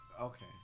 Okay